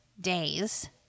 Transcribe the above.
days